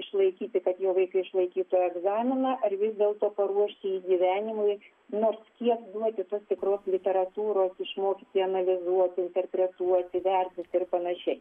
išlaikyti kad jo vaikai išlaikytų egzaminą ar vis dėlto paruošti jį gyvenimui nors kiek duoti tos tikros literatūros išmokyti analizuoti interpretuoti įvertinti ir panašiai